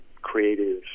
creative